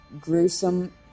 gruesome